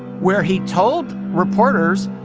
where he told reporters,